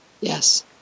Yes